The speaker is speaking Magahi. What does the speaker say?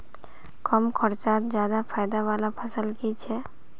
कम खर्चोत ज्यादा फायदा वाला फसल की छे?